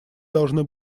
должны